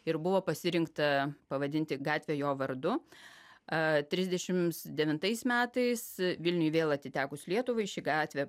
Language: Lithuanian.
ir buvo pasirinkta pavadinti gatvę jo vardu a trisdešims devintais metais vilniui vėl atitekus lietuvai ši gatvė